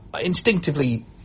instinctively